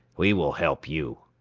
we will help you.